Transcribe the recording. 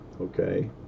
Okay